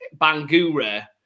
Bangura